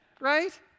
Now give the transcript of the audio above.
right